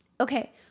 Okay